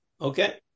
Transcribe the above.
Okay